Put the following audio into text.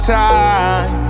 time